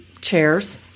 chairs